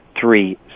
three